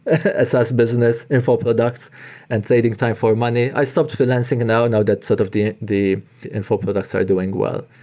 as as business info products and saving time for money. i stopped freelancing now and now that sort of the info products are doing well.